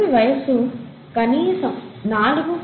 భూమి వయస్సు కనీసం 4